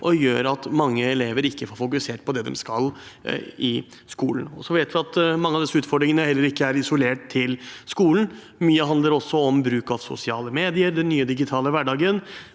og gjør at mange elever ikke får fokusert på det de skal i skolen. Så vet vi at mange av disse utfordringene heller ikke er isolert til skolen. Mye handler også om bruk av sosiale medier, den nye digitale hverdagen